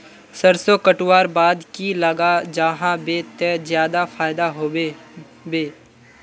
सरसों कटवार बाद की लगा जाहा बे ते ज्यादा फायदा होबे बे?